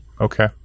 Okay